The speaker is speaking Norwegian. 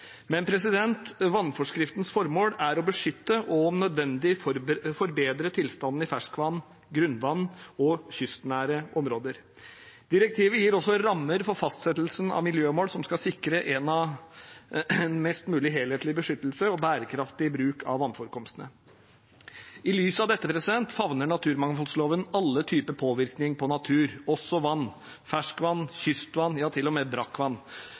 Vannforskriftens formål er å beskytte og om nødvendig forbedre tilstanden i ferskvann, grunnvann og kystnære områder. Direktivet gir også rammer for fastsettelsen av miljømål som skal sikre en mest mulig helhetlig beskyttelse og bærekraftig bruk av vannforekomstene. I lys av dette favner naturmangfoldloven alle typer påvirkning på natur, også vann – ferskvann, kystvann, ja til og med brakkvann.